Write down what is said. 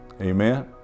Amen